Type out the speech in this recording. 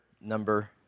number